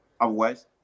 otherwise